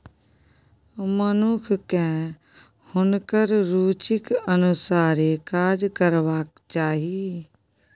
मनुखकेँ हुनकर रुचिक अनुसारे काज करबाक चाही